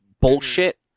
bullshit